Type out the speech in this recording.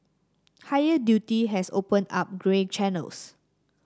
higher duty has opened up grey channels